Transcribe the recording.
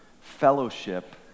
fellowship